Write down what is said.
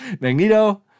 Magneto